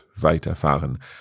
weiterfahren